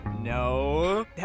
No